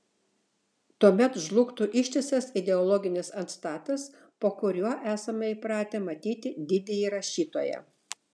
tuomet žlugtų ištisas ideologinis antstatas po kuriuo esame įpratę matyti didįjį rašytoją